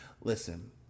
Listen